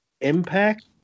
impact